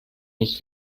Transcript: nicht